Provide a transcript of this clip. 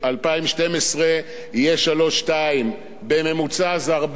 יהיה 3.2. בממוצע זה 4% צמיחה בשנה.